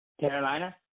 Carolina